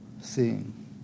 Seeing